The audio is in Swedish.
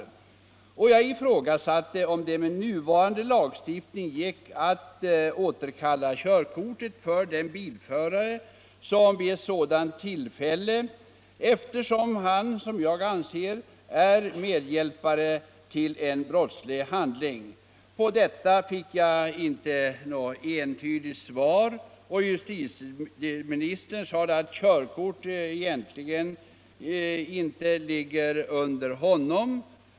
Jag ifrågasatte om det inte med nuvarande lagstiftning skulle vara möjligt att återkalla körkortet för bilföraren vid ett sådant tillfälle eftersom han, som jag ser det, är medhjälpare vid en brottslig handling. På denna fråga fick jag inte något entydigt svar; justitieministern sade att körkortsfrågor egentligen inte ligger inom hans ansvarsområde.